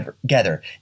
together